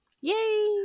Yay